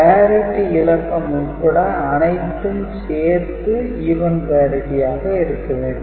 parity இலக்கம் உட்பட அனைத்தும் சேர்ந்து 'Even parity' ஆக இருக்க வேண்டும்